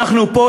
אנחנו פה,